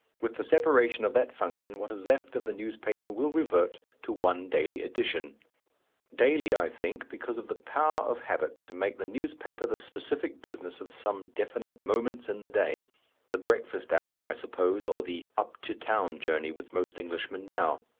with the separation of that function what is left of the newspaper will revert to one daily edition daily, i think, because of the power of habit to make the newspaper the specific business of some definite moments in the day the breakfast hour, i suppose, or the up-to-town journey with most englishmen now.